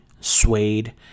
Suede